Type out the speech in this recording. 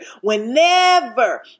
Whenever